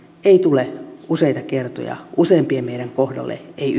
ei tule useita kertoja useimpien meidän kohdalle ei